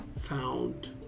found